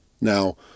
Now